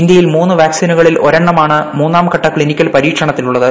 ഇന്ത്യയിൽ മൂന്ന് വാക്സിനുകളിൽ ഒരെണ്ണമാണ് മൂന്നാം ഘട്ട ക്ലിനിക്കൽ പരീക്ഷണത്തിലുള്ളത്